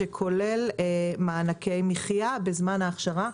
שכולל מענקי מחיה בזמן ההכשרה.